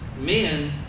men